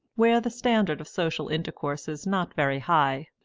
where the standard of social intercourse is not very high.